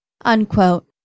unquote